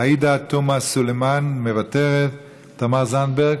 עאידה תומא סלימאן, מוותרת, תמר זנדברג,